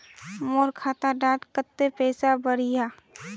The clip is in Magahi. मोर खाता डात कत्ते पैसा बढ़ियाहा?